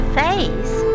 face